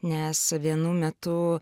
nes vienu metu